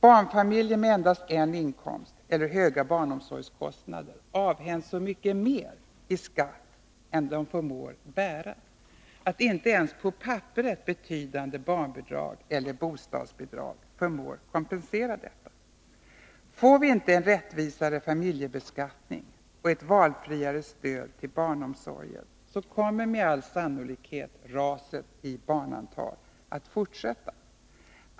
Barnfamiljer med endast en inkomst eller med höga barnomsorgskostnader avhänds så mycket mer i skatt än de förmår bära att inte ens på papperet betydande barnbidrag eller bostadsbidrag förmår kompensera detta. Får vi inte en rättvisare familjebeskattning och ett valfriare stöd till barnomsorgen, kommer med all sannolikhet raset i barnantal att fortsätta.